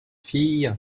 fille